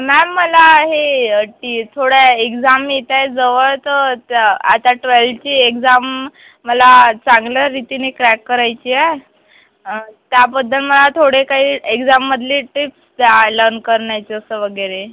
ma'am मला हे ती थोडं एक्झाम येत आहेत जवळ तर आता ट्वेल्थची एक्झाम मला चांगलं रीतीने क्रॅक करायची आहे त्याबद्दल मला थोडे काही एक्झाम मधली टिप्स द्या लर्न करण्याचं असं वगैरे